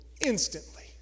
instantly